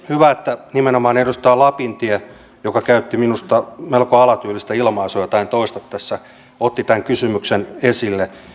hyvä että nimenomaan edustaja lapintie joka minusta käytti melko alatyylistä ilmaisua jota en toista tässä otti tämän kysymyksen esille